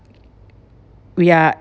we are